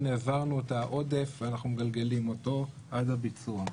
העברנו את העודף ואנחנו מגלגלים אותו עד הביצוע.